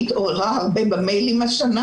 היא התעוררה הרבה במיילים השנה,